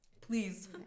Please